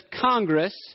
Congress